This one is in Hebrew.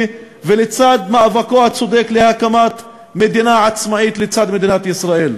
ולצד מאבקו הצודק להקמת מדינה עצמאית לצד מדינת ישראל.